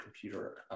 computer